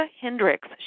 Hendricks